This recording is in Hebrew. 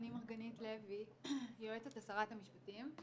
אני מרגנית לוי, יועצת שרת המשפטים.